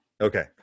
Okay